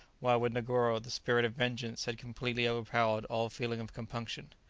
while with negoro the spirit of vengeance had completely overpowered all feeling of compunction.